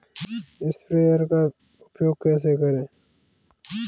Sprayer का उपयोग कैसे करें?